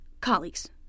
colleagues